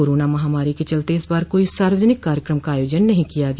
corona महामारी के चलते इस बार कोई सार्वजानिक कार्यकम का आयोजन नहीं किया गया